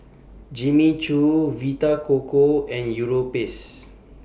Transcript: Jimmy Choo Vita Coco and Europace